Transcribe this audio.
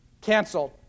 Canceled